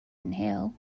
inhale